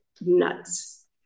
nuts